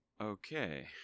Okay